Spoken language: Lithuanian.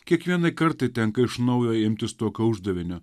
kiekvienai kartai tenka iš naujo imtis tokio uždavinio